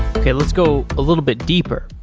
okay. let's go a little bit deeper.